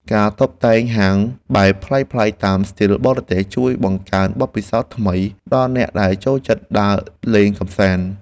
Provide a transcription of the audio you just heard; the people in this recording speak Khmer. ការតុបតែងហាងបែបប្លែកៗតាមស្ទីលបរទេសជួយបង្កើនបទពិសោធន៍ថ្មីដល់អ្នកដែលចូលចិត្តដើរលេងកម្សាន្ត។